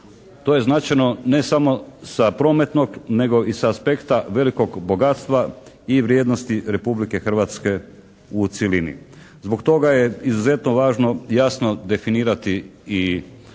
To je značajno ne samo sa prometnog nego i sa aspekta velikog bogatstva i vrijednosti Republike Hrvatske u cjelini. Zbog toga je izuzetno važno jasno definirati i